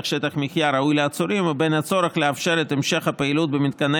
שטח מחיה ראוי לעצורים ובין הצורך לאפשר את המשך הפעילות במתקני